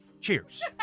Cheers